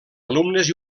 alumnes